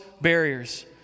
barriers